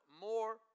more